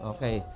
Okay